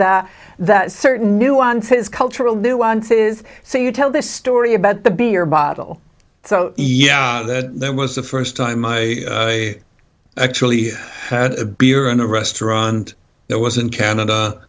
ut that certain nuances cultural nuances so you tell the story about the beer bottle so yeah that was the first time i actually had a beer in a restaurant that was in canada